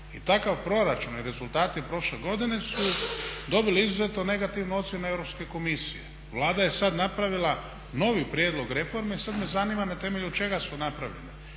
I takav proračun i rezultati prošle godine su dobili izuzetno negativnu ocjenu Europske komisije. Vlada je sad napravila novi prijedlog reforme. Sad me zanima na temelju čega su napravljene